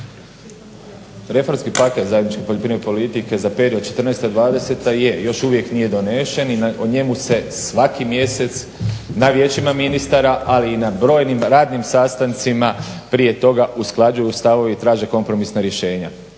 Reformski paket zajedničke poljoprivredne politike za period četrnaesta dvadeseta je, još uvijek nije donesen i o njemu se svaki mjesec na Vijećima ministara, ali i na brojnim radnim sastancima prije toga usklađuju stavovi i traže kompromisna rješenja.